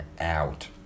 out